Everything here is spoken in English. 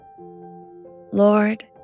Lord